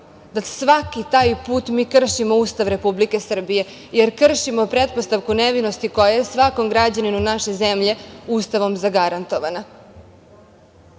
da svaki taj put mi kršimo Ustav Republike Srbije, jer kršimo pretpostavku nevinosti koja je svakom građaninu naše zemlje Ustavom zagarantovana.